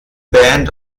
band